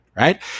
right